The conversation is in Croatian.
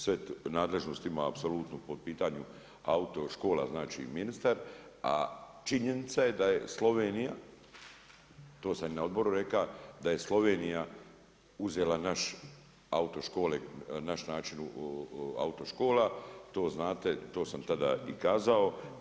Sve nadležnosti ima apsolutno po pitanju autoškola, znači ministar, a činjenica je da je Slovenija, to sam i na odboru rekao da je Slovenija uzela naš način autoškola, to znate, to sam tada i kazao.